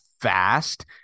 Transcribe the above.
fast